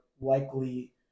likely